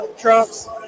trucks